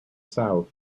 south